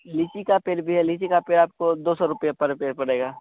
लीची का पेड़ भी है लीची का पेड़ आपको दो सौ रुपया पर पेड़ पड़ेगा